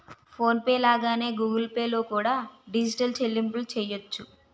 phone pay లాగానే Google Pay లో కూడా డిజిటల్ చెల్లింపులు చెయ్యొచ్చు